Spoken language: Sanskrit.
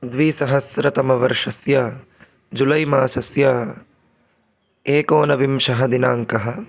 द्विसहस्रतमवर्षस्य जुलै मासस्य एकोनविंशतिः दिनाङ्कः